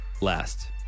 last